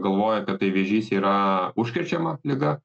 galvoja kad tai vėžys yra užkrečiama liga